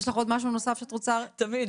יש לך עוד משהו נוסף שאת רוצה להגיד?